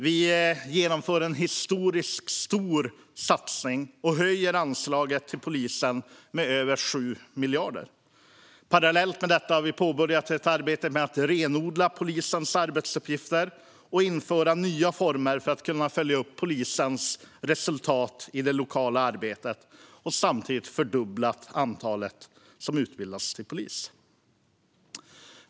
Vi genomför en historiskt stor satsning och höjer anslaget till polisen med över 7 miljarder. Parallellt med detta har vi påbörjat ett arbete med att renodla polisens arbetsuppgifter, infört nya former för att kunna följa upp polisens resultat i det lokala arbetet och fördubblat antalet som utbildas till polis.